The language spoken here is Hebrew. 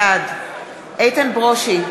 בעד איתן ברושי,